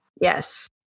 yes